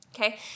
Okay